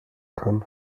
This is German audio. kann